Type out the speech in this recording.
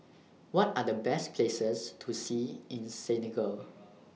What Are The Best Places to See in Senegal